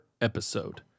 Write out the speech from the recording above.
episode